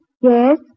Yes